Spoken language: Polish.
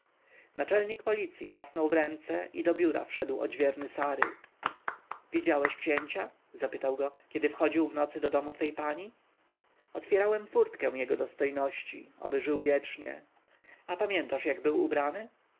naczelnik policji klasnął w ręce i do biura wszedł odźwierny sary widziałeś księcia zapytał go kiedy wchodził w nocy do domu twej pani otwierałem furtkę jego dostojności oby żył wiecznie a pamiętasz jak był ubrany